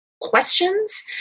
questions